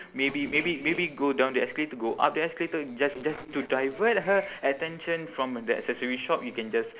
maybe maybe maybe go down the escalator go up the escalator just just to divert her attention from the accessory shop you can just